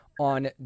on